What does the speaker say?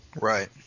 Right